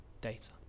data